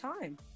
time